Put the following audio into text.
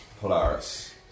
Polaris